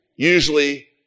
Usually